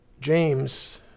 James